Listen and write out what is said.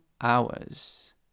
hours